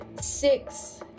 six